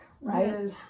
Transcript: right